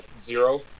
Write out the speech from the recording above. zero